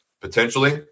potentially